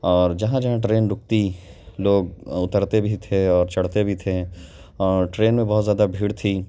اور جہاں جہاں ٹرین رکتی لوگ اترتے بھی تھے اور چڑھتے بھی تھے اور ٹرین میں بہت زیادہ بھیڑ تھی